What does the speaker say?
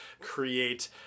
create